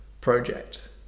project